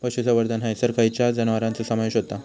पशुसंवर्धन हैसर खैयच्या जनावरांचो समावेश व्हता?